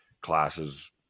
classes